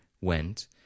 went